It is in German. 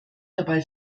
dabei